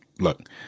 look